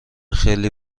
خیلی